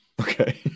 Okay